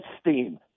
steam